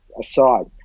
aside